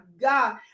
God